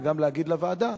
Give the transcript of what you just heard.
וגם להגיד לוועדה,